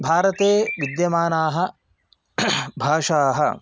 भारते विद्यमानाः भाषाः